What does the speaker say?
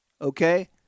okay